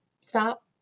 stop